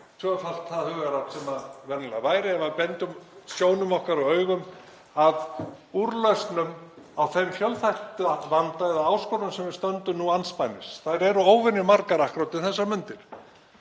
tvöfalt það hugarafl sem venjulega væri ef við beindum sjónum okkar og augum að úrlausnum á þeim fjölþætta vanda eða áskorunum sem við stöndum andspænis. Þær eru óvenjumargar akkúrat um þessar mundir.